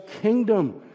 kingdom